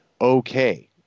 okay